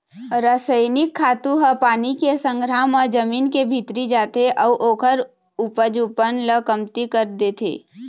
रसइनिक खातू ह पानी के संघरा म जमीन के भीतरी जाथे अउ ओखर उपजऊपन ल कमती कर देथे